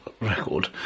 record